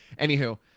Anywho